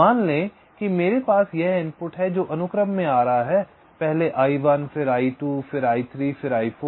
मान लें कि मेरे पास यह इनपुट हैं जो अनुक्रम में आ रहा है पहले I1 फिर I2 फिर I3 फिर I4